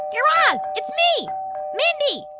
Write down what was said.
yeah raz. it's me mindy.